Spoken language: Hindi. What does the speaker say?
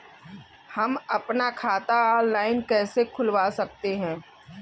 हम अपना खाता ऑनलाइन कैसे खुलवा सकते हैं?